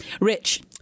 Rich